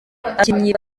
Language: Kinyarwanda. abakinyi